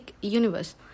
universe